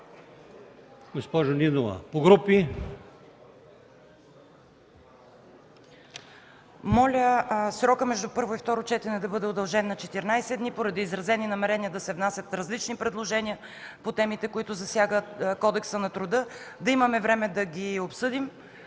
госпожо Нинова. КОРНЕЛИЯ НИНОВА (КБ): Моля срокът между първо и второ четене да бъде удължен на 14 дни, поради изразени намерения да се внасят различни предложения по темите, които засягат Кодекса на труда. Нека имаме време да ги обсъдим